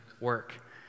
work